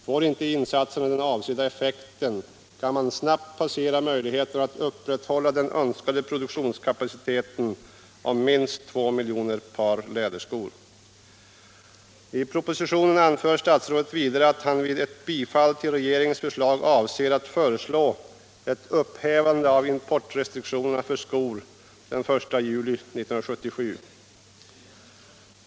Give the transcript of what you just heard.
Får inte insatserna de avsedda effekterna kan man snabbt passera möjligheten att upprätthålla den önskade produktionskapaciteten om minst 2 miljoner par läderskor. I propositionen anför statsrådet vidare att han vid ett bifall till regeringens förslag avser att föreslå ett upphävande av importrestriktionerna för skor den 1 juli 1977.